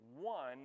one